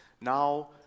Now